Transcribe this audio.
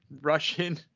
Russian